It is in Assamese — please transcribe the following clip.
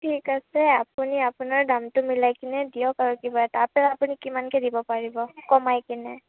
ঠিক আছে আপুনি আপোনাৰ দামটো মিলাই কিনে দিয়ক আৰু কিবা এটা আপেল আপুনি কিমানকৈ দিব পাৰিব কমাই কিনে